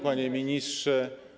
Panie Ministrze!